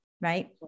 right